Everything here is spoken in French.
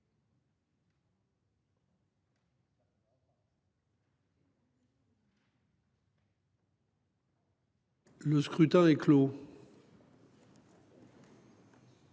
Le scrutin est clos.